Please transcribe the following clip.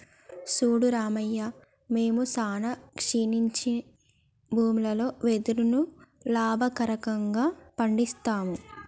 సూడు రామయ్య మేము సానా క్షీణించి భూములలో వెదురును లాభకరంగా పండిస్తాము